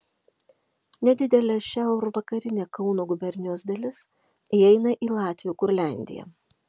nedidelė šiaurvakarinė kauno gubernijos dalis įeina į latvių kurliandiją